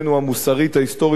ההיסטורית והתנכ"ית,